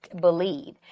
believe